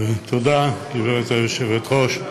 תודה, גברתי היושבת-ראש,